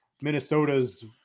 Minnesota's